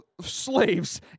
slaves